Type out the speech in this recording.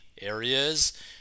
areas